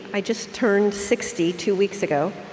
i just turned sixty, two weeks ago,